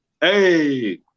Hey